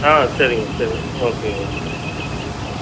ஆ சரிங்க சரிங்க okay okay இந்த நம்பர் தான் ஆ